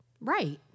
right